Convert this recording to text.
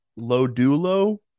Lodulo